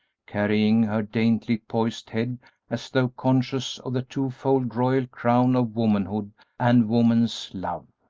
carrying her daintily poised head as though conscious of the twofold royal crown of womanhood and woman's love.